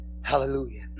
Hallelujah